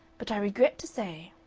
but i regret to say